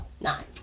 Nine